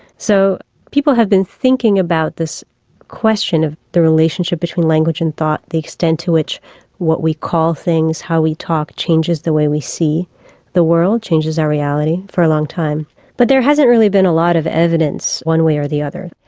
so people have been thinking about this question of the relationship between language and thought the extent to which what we call things, how we talk changes the way we see the world, changes our reality for a long time. but there hasn't really been a lot of evidence one way of the other.